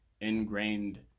ingrained